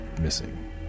missing